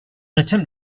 attempt